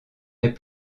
est